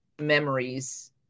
memories